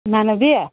ꯏꯃꯥꯟꯅꯕꯤ